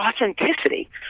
authenticity